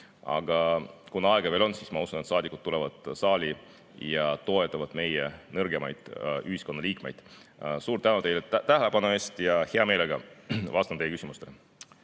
Aga kuna aega veel on, siis ma usun, et saadikud tulevad saali ja toetavad meie nõrgemaid ühiskonnaliikmeid. Suur tänu teile tähelepanu eest! Ja hea meelega vastan teie küsimustele.